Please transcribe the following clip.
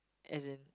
as in